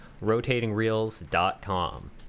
rotatingreels.com